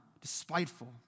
despiteful